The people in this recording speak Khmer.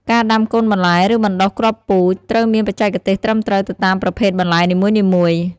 ការដាំកូនបន្លែ ឬបណ្តុះគ្រាប់ពូជត្រូវមានបច្ចេកទេសត្រឹមត្រូវទៅតាមប្រភេទបន្លែនីមួយៗ។